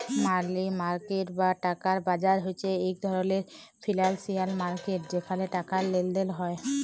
মালি market বা টাকার বাজার হছে ইক ধরলের ফিল্যালসিয়াল মার্কেট যেখালে টাকার লেলদেল হ্যয়